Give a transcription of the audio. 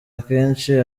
akenshi